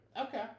Okay